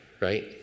Right